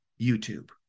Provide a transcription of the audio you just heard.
YouTube